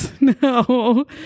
no